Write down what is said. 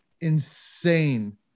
insane